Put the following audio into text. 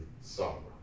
sorrow